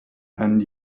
and